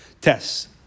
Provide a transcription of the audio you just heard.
Tests